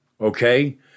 okay